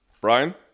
Brian